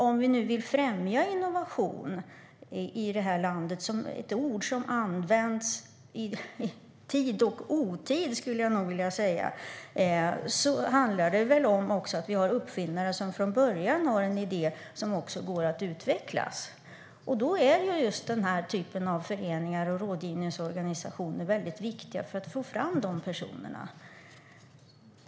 Om vi vill främja innovation i det här landet - detta ord används i tid och otid, skulle jag vilja säga - handlar det också om att vi har uppfinnare som från början har en idé som också går att utveckla. Då är just den här typen av föreningar och rådgivningsorganisationer mycket viktiga för att få fram dessa personer.